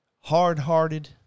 Hard-hearted